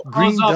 Green